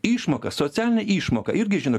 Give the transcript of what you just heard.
išmoką socialinę išmoką irgi žinokit